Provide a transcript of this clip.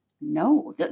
No